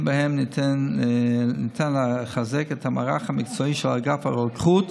שבהן ניתן לחזק את המערך המקצועי של אגף הרוקחות,